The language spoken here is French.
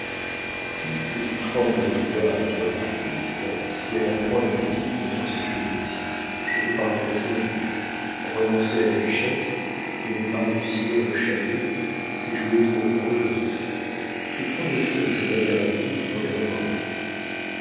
que tu trembles de déplaire à ta protectrice si elle apprend le motif de ton séjour ici je te croirai facilement renoncer à la duchesse et ne pas réussir au chalet c'est jouer trop gros jeu tu prends l'effet de cette alternative pour des remords